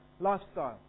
lifestyle